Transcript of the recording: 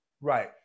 Right